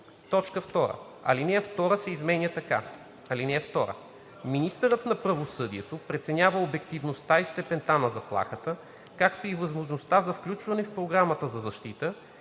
2. Алинея 2 се изменя така: „(2) Министърът на правосъдието преценява обективността и степента на заплахата, както и възможността за включване в Програмата за защита,